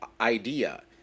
idea